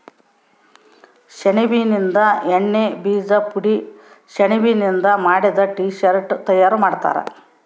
ಸೆಣಬಿನಿಂದ ಎಣ್ಣೆ ಬೀಜ ಪುಡಿ ಸೆಣಬಿನಿಂದ ಮಾಡಿದ ಟೀ ಶರ್ಟ್ ತಯಾರು ಮಾಡ್ತಾರ